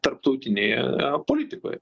tarptautinėje politikoje